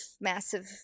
massive